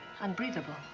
unbreathable